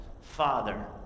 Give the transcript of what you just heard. Father